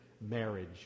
marriage